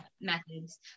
methods